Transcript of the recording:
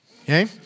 Okay